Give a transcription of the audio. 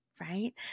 right